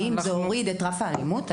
האם אנחנו נוריד את רף האלימות?